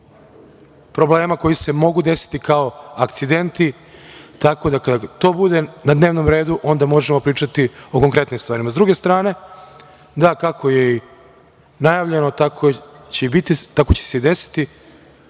problema koji se mogu desiti kao akcidenti. Tako da, kada to bude na dnevnom redu, onda možemo pričati o konkretnim stvarima.S druge strane, da, kako je i najavljeno, tako će i biti,